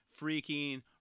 freaking